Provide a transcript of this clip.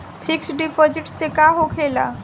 Fix deposit से का होखे ला?